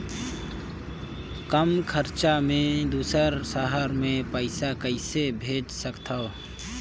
कम खरचा मे दुसर शहर मे पईसा कइसे भेज सकथव?